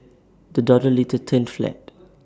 the dollar later turned flat